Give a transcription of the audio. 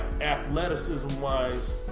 athleticism-wise